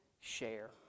share